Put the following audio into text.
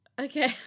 Okay